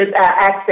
Access